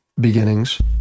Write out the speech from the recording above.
beginnings